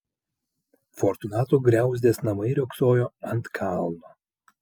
fortunato griauzdės namai riogsojo ant kalno